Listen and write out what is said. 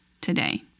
today